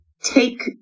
take